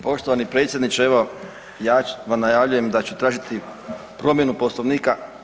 Poštovani predsjedniče evo ja vam najavljujem da ću tražiti promjenu Poslovnika.